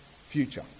future